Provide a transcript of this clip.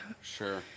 Sure